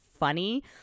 funny